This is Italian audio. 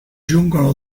giungono